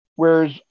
whereas